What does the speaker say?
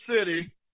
city